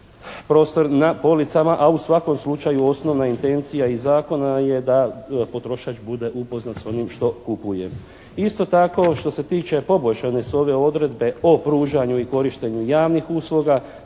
prostor na policama. A u svakom slučaju osnovna intencija iz Zakona je da potrošač bude upoznat sa onim što kupuje. Isto tako što se tiče, poboljšanje su ove odredbe o pružanju i korištenju javnih usluga.